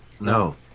no